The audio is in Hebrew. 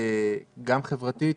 גם חברתית,